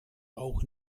auch